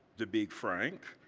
to be frank,